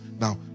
Now